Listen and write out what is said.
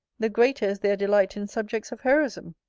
the greater is their delight in subjects of heroism?